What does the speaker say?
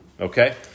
Okay